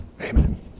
Amen